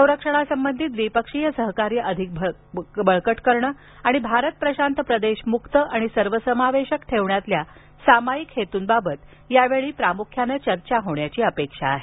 संरक्षणासंबधी द्विपक्षीय सहकार्य अधिक भक्कम करणे आणि भारत प्रशांत प्रदेश मुक्त आणि सर्वसमावेशक ठेवण्यातील सामायिक हेतूंवर यावेळी प्रामुख्याने चर्चा होण्याची अपेक्षा आहे